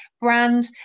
brand